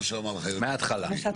מה שאמר לך היועץ המשפטי.